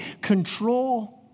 control